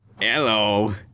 Hello